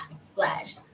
slash